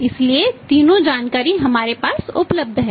इसलिए तीनों जानकारी हमारे पास उपलब्ध हैं